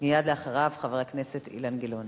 מייד אחריו, חבר הכנסת אילן גילאון.